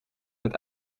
met